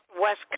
West